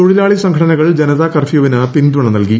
തൊഴിലാളി സംഘടനകൾ ജനതാ കർഫ്യൂ വിന് പിന്തുണ നൽകി